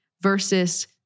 versus